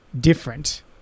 different